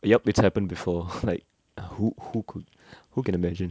yup it's happened before like who who could who can imagine